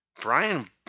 Brian